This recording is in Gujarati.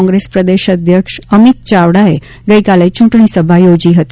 કોંગ્રેસ પ્રદેશ અધ્યક્ષ અમિત ચાવડાએ ગઇકાલે ચ્રંટણી સભા યોજી હતી